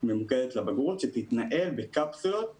ממוקדת לבגרות שתתנהל בקפסולות